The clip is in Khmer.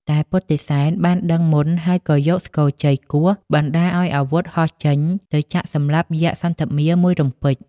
តែពុទ្ធិសែនបានដឹងមុនក៏យកស្គរជ័យគោះ បណ្តាលឲ្យអាវុធហោះចេញទៅចាក់សម្លាប់យក្ខសន្ធមារមួយរំពេច។